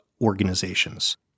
organizations